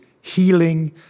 healing